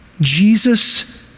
Jesus